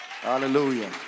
Hallelujah